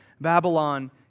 Babylon